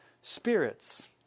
spirits